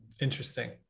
Interesting